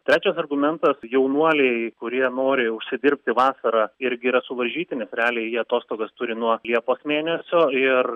trečias argumentas jaunuoliai kurie nori užsidirbti vasarą irgi yra suvaržyti nes realiai jie atostogas turi nuo liepos mėnesio ir